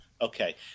Okay